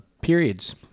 periods